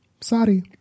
Sorry